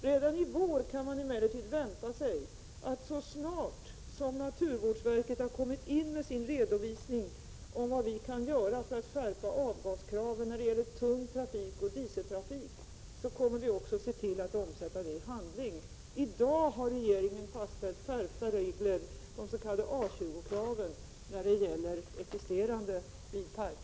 Redan i vår kan man emellertid vänta sig att så snart naturvårdsverket lämnat in sin redovisning över vad som kan göras för att skärpa avgaskraven för tung trafik och dieseltrafik, kommer vi att omsätta detta i handling. I dag har regeringen fastställt skärpta regler, de s.k. A 20-kraven, för existerande bilpark.